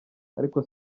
ariko